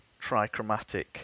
trichromatic